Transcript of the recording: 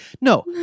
No